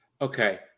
Okay